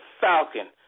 falcon